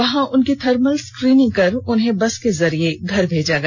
वहां उनकी thermal screening कर उन्हें बस के जरिये घर भेजा गया